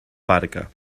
barca